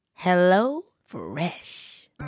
HelloFresh